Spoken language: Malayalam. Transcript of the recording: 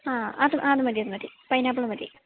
ആ അത് അതുമതി അതുമതി പൈനാപ്പിള് മതി